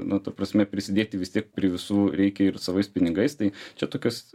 nu ta prasme prisidėti vis tiek prie visų reikia ir savais pinigais tai čia tokios